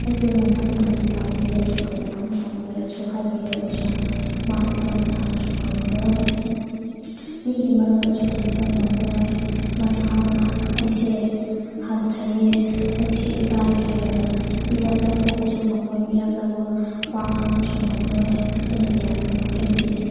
ꯑꯩꯈꯣꯏꯅ ꯃꯇꯨꯡꯗꯗꯤ ꯇꯥꯛꯄꯤꯔꯁꯨ ꯀꯌꯥ ꯑꯃ ꯇꯥꯛꯄꯤꯔꯁꯨ ꯍꯥꯏꯕꯤꯔꯕꯁꯨ ꯃꯥ ꯑꯦꯛꯖꯥꯝ ꯊꯥꯕꯁꯨ ꯉꯝꯂꯣꯏ ꯃꯤꯒꯤ ꯃꯔꯛꯇꯁꯨ ꯇꯤꯟꯕ ꯉꯝꯂꯣꯏ ꯃꯁꯥꯗ ꯑꯩꯁꯦ ꯍꯟꯊꯩꯌꯦ ꯑꯩꯁꯦ ꯏꯀꯥꯏ ꯍꯥꯏꯔꯒ ꯃꯤꯔꯛꯇ ꯊꯣꯛꯄꯁꯨ ꯉꯝꯂꯣꯏ ꯃꯤꯔꯛꯇ ꯋꯥ ꯋꯥ ꯉꯥꯡꯕꯁꯨ ꯉꯝꯂꯣꯏ ꯑꯗꯨꯅ ꯌꯥꯔꯤꯕ ꯃꯈꯩꯗꯤ